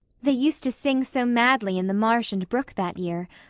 they used to sing so madly in the marsh and brook that year.